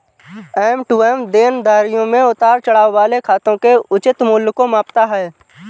M to M देनदारियों में उतार चढ़ाव वाले खातों के उचित मूल्य को मापता है